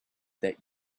that